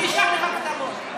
אני אשלח לך כתבות.